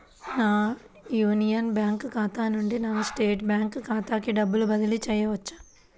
నా union bank ఖాతా నుండి నా స్టేట్ బ్యాంకు ఖాతాకి డబ్బు బదిలి చేయవచ్చా?